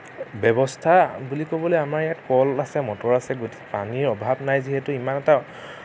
ব্যৱস্থা বুলি ক'বলৈ আমাৰ ইয়াত কল আছে মটৰ আছে গতিকে পানীৰ অভাৱ নাই যিহেতু ইমান এটা